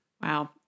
Wow